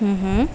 हं हं